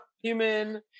human